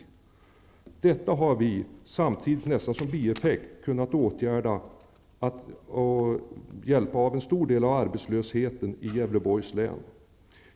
Med detta har vi -- nästan som bieffekt -- kunnat avhjälpa en stor del av arbetslösheten i Gävleborgs län.